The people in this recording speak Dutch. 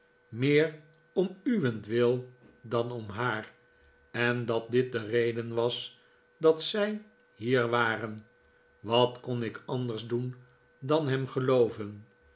meer om uwentwildan om haar en dat dit de reden was dat zij hier waren wat kon ik anders doen dan hem gelooven